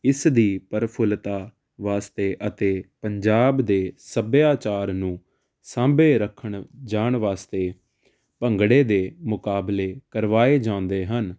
ਇਸ ਦੀ ਪ੍ਰਫੁਲਤਾ ਵਾਸਤੇ ਅਤੇ ਪੰਜਾਬ ਦੇ ਸੱਭਿਆਚਾਰ ਨੂੰ ਸਾਂਭੇ ਰੱਖਣ ਜਾਣ ਵਾਸਤੇ ਭੰਗੜੇ ਦੇ ਮੁਕਾਬਲੇ ਕਰਵਾਏ ਜਾਂਦੇ ਹਨ